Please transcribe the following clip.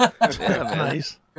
Nice